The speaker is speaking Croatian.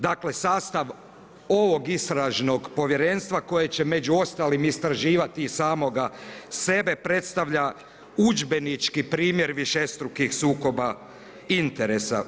Dakle sastav ovog istražnog povjerenstva koje će među ostalim istraživati i samoga sebe predstavlja udžbenički primjer višestrukih sukoba interesa.